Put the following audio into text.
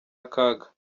akaga